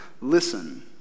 Listen